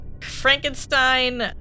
Frankenstein